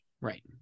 right